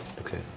Okay